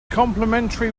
complimentary